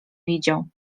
widział